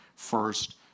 First